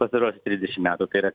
pastaruosius trisdešim metų tai yra